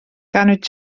ganwyd